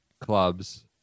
clubs